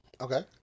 Okay